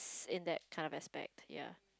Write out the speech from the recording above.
in that kind of aspect ya